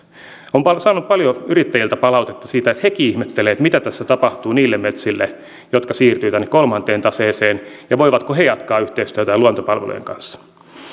olen saanut paljon yrittäjiltä palautetta siitä että hekin ihmettelevät mitä tässä tapahtuu niille metsille jotka siirtyvät tänne kolmanteen taseeseen ja voivatko he jatkaa yhteistyötä luontopalvelujen kanssa